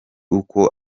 uko